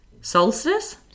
solstice